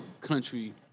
country